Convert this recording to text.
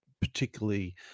particularly